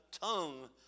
tongue